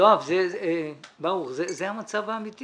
אי אפשר לעשות דיונים על דיונים.